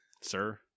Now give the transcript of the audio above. sir